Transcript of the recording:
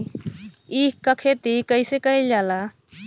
ईख क खेती कइसे कइल जाला?